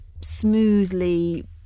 smoothly